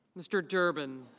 mr. durbin.